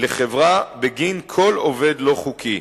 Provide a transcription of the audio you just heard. לחברה בגין כל עובד לא חוקי.